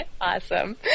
Awesome